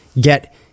get